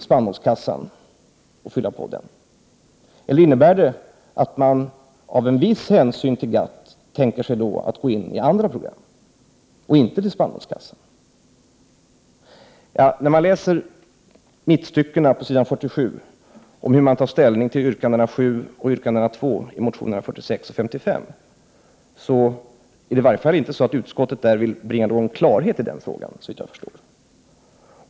Spannmålskassan, eller tänker man sig, av viss hänsyn till GATT, att gå in i andra program, och därmed inte anvisa några pengar till spannmålskassan? På mitten avs. 47 står att läsa om utskottets ställningstagande när det gäller motionerna Jo46, yrkande 7 och Jo55, yrkande 2. Såvitt jag förstår har utskottet inte någon avsikt att bringa klarhet i den frågan.